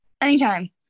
Anytime